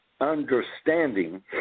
understanding